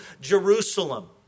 Jerusalem